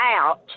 out